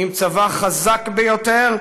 עם צבא חזק ביותר,